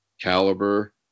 caliber